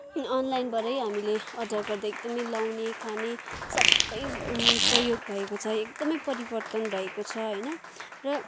अनलाइनबाटै हामीले अर्डर गर्दा एकदमै लगाउने खाने सबै प्रयोग भएको छ एकदमै परिवर्तन भएको छ होइन र